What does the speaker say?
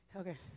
Okay